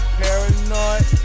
paranoid